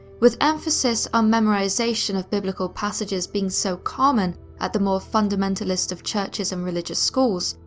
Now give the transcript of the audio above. with emphasis on memorisation of biblical passages being so common at the more fundamentalist of churches and religious schools,